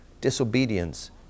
disobedience